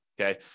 Okay